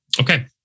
Okay